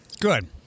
Good